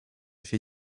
się